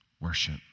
worship